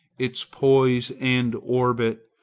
its poise and orbit,